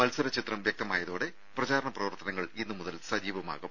മത്സരചിത്രം വ്യക്തമായതോടെ പ്രചാരണ പ്രവർത്തനങ്ങൾ ഇന്നു മുതൽ സജീവമാകും